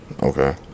okay